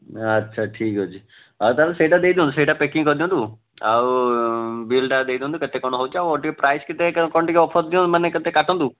ଆଚ୍ଛା ଠିକ୍ ଅଛି ଆଉ ତା'ହେଲେ ସେଇଟା ଦେଇଦିଅନ୍ତୁ ସେଇଟା ପ୍ୟାକିଂ କରିଦିଅନ୍ତୁ ଆଉ ବିଲ୍ଟା ଦେଇଦିଅନ୍ତୁ କେତେ କ'ଣ ହେଉଛି ଆଉ ଟିକିଏ ପ୍ରାଇସ୍ କେତେ କ'ଣ ଟିକିଏ ଅଫର୍ ଦିଅ ମାନେ କେତେ କାଟନ୍ତୁ